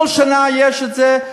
כל שנה יש את זה,